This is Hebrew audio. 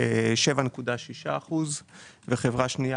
7.6% ובחברה שנייה